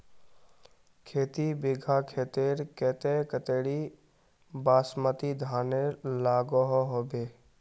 खेती बिगहा खेतेर केते कतेरी बासमती धानेर लागोहो होबे?